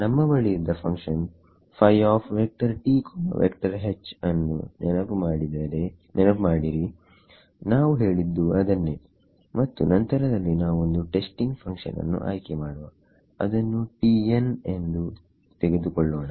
ನಮ್ಮ ಬಳಿ ಇದ್ದ ಫಂಕ್ಷನ್ ನ್ನು ನೆನಪು ಮಾಡಿರಿ ನಾವು ಹೇಳಿದ್ದು ಅದನ್ನೇ ಮತ್ತು ನಂತರದಲ್ಲಿ ನಾವು ಒಂದು ಟೆಸ್ಟಿಂಗ್ ಫಂಕ್ಷನ್ ನ್ನು ಆಯ್ಕೆ ಮಾಡುವ ಅದನ್ನು ಎಂದು ತೆಗೆದುಕೊಳ್ಳೋಣ